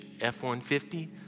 F-150